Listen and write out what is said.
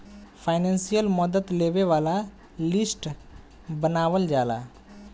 financial मदद लेबे वाला लिस्ट बनावल जाला